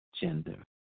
gender